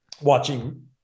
watching